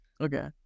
Okay